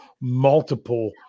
multiple